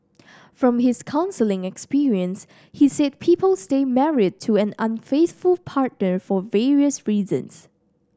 from his counselling experience he said people stay married to an unfaithful partner for various reasons